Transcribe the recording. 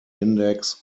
index